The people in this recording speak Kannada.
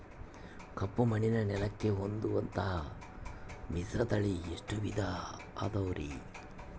ಕಪ್ಪುಮಣ್ಣಿನ ನೆಲಕ್ಕೆ ಹೊಂದುವಂಥ ಮಿಶ್ರತಳಿ ಎಷ್ಟು ವಿಧ ಅದವರಿ?